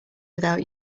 without